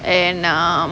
and um